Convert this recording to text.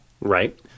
right